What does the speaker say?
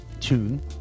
tune